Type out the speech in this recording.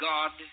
God